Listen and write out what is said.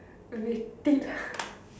வெட்டி:vetdi